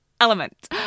element